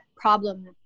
problem